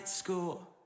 school